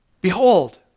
behold